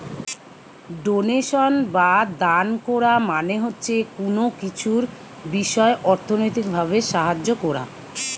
donation বা দান কোরা মানে হচ্ছে কুনো কিছুর বিষয় অর্থনৈতিক ভাবে সাহায্য কোরা